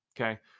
Okay